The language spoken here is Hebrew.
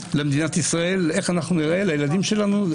למדינת ישראל, איך ניראה, לילדים שלנו.